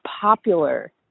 popular